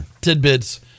Tidbits